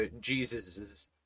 jesus